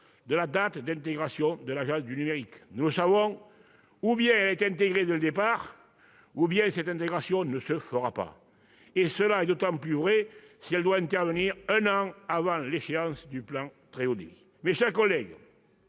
de la date d'intégration de l'Agence du numérique. Nous le savons : ou bien elle est intégrée dès le départ ou bien cette intégration ne se fera pas. C'est d'autant plus vrai si cette intégration doit intervenir un an avant l'échéance du plan France très haut débit. Mes chers collègues,